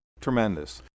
tremendous